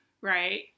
right